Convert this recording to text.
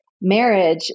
marriage